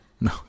No